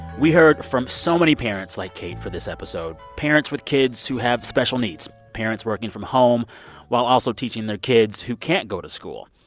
we heard from so many parents like kate for this episode parents with kids who have special needs, parents working from home while also teaching their kids who can't go to school.